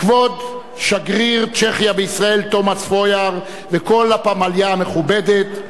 כבוד שגריר צ'כיה בישראל תומס פויאר וכל הפמליה המכובדת,